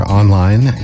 online